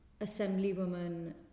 assemblywoman